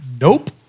Nope